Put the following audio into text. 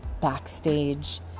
backstage